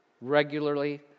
regularly